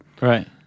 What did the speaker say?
Right